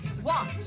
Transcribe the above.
Watch